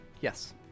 Yes